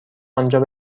آنجا